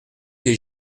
des